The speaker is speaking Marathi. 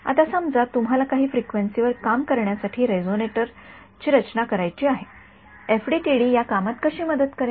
आता समजा तुम्हाला काही फ्रिक्वेन्सीवर काम करण्यासाठी रेझोनेटर रचना करायची आहे एफडीटीडी या कामात कशी मदत करेल